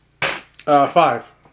Five